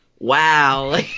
Wow